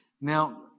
Now